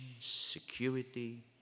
security